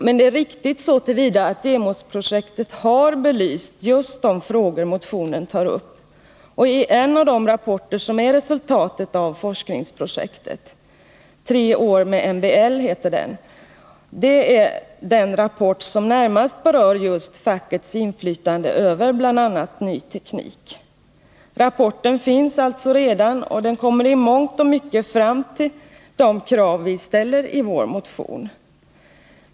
Men det är riktigt så till vida att Demosprojektet har belyst just de frågor som tas upp i motionen. En av de rapporter som är resultatet av forskningsprojektet — Tre år med MBL -— är väl den rapport som närmast berör just fackets inflytande över bl.a. ny teknik. Rapporten finns alltså redan, och man kommer där i mångt och mycket fram till de krav vi ställer i vår motion.